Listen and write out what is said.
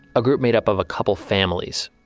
a group made up of a couple families.